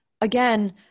again